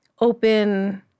open